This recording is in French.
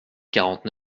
quarante